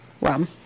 rum